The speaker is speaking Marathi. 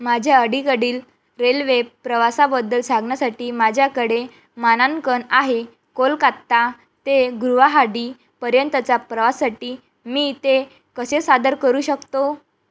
माझ्या अलीकडील रेल्वे प्रवासाबद्दल सांगण्यासाठी माझ्याकडे मानांकन आहे कोलकात्ता ते गुवाहाटीपर्यंतचा प्रवासासाठी मी ते कसे सादर करू शकतो